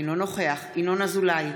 אינו נוכח ינון אזולאי,